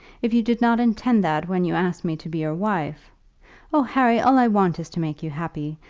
if you did not intend that when you asked me to be your wife oh, harry, all i want is to make you happy.